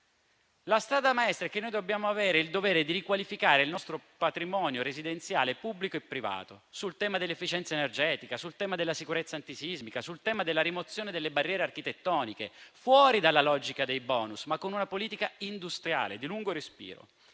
La strada maestra che noi dobbiamo percorrere è il dovere di riqualificare il nostro patrimonio residenziale, pubblico e privato, sul tema dell'efficienza energetica, sul tema della sicurezza antisismica, sul tema della rimozione delle barriere architettoniche, fuori dalla logica dei *bonus*, ma con una politica industriale di lungo respiro.